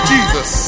Jesus